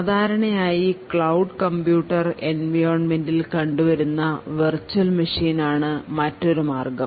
സാധാരണയായി cloud computer environment ൽ കണ്ടുവരുന്ന വെർച്വൽ മെഷിൻ ആണ് മറ്റൊരു മാർഗം